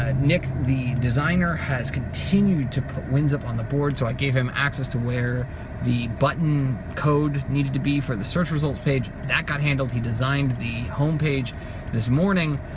ah nick the designer has continued to put wins up on the board. so, i gave him access to where the button code needed to be for the search results page. that got handled. he designed the homepage this morning.